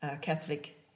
Catholic